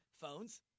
phones